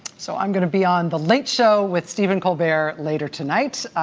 so i'm going to be on the late show with stephen colbert later tonight.